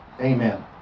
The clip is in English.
Amen